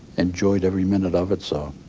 enjoyed every minute of it, so